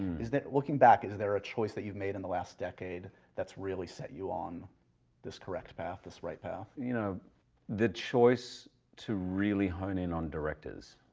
is there, looking back, if there a choice that you've made in the last decade that's really set you on this correct path, this right path? you know the choice to really hone in on directors.